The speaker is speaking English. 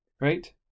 Right